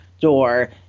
door